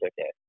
okay